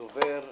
דובר,